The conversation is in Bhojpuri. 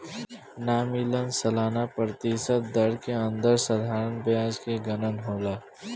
नॉमिनल सालाना प्रतिशत दर के अंदर साधारण ब्याज के गनना होला